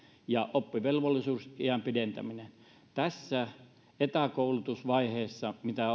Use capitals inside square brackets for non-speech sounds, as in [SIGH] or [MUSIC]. ja oppivelvollisuusiän pidentäminen tässä etäkoulutusvaiheessa mitä [UNINTELLIGIBLE]